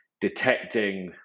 detecting